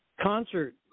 Concert